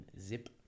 zip